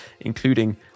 including